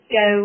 go